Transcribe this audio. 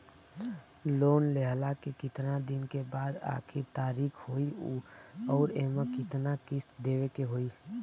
Loan लेहला के कितना दिन के बाद आखिर तारीख होई अउर एमे कितना किस्त देवे के होई?